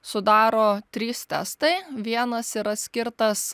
sudaro trys testai vienas yra skirtas